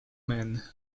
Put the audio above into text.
men